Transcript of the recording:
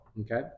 Okay